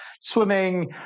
swimming